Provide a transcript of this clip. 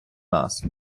нас